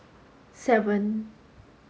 seven